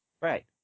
right